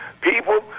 People